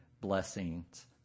blessings